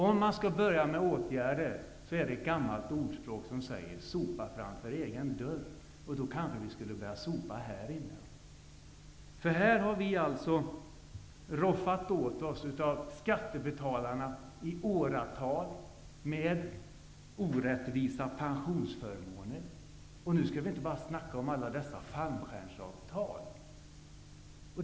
Om man skall börja vidta åtgärder, gäller det gamla ordspråket att man skall sopa rent för egen dörr. Kanske vi skall börja sopa här inne, för vi här har roffat åt oss i åratal på skattebetalarnas bekostnad genom orättvisa pensionsförmåner. Och för att inte tala om alla fallskärmsavtal!